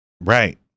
right